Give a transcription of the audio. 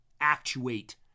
actuate